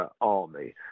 army